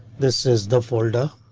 this is the folder.